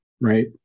right